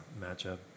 matchup